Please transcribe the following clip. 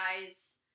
guys